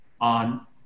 on